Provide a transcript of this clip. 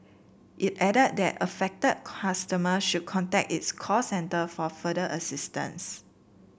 it added that affected customers should contact its call centre for further assistance